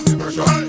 pressure